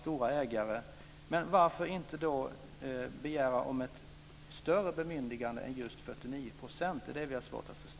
stora ägare. Men varför då inte begära ett större bemyndigande än just 49 %? Det är det vi har svårt att förstå.